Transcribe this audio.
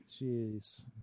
Jeez